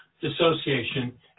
dissociation